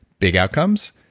big outcomes.